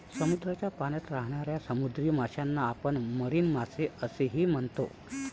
समुद्राच्या पाण्यात राहणाऱ्या समुद्री माशांना आपण मरीन मासे असेही म्हणतो